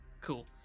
Cool